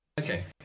Okay